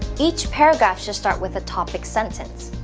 each paragraph should start with a topic sentence,